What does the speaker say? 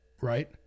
Right